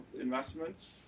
investments